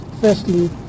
firstly